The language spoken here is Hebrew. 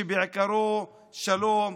שבעיקרו שלום,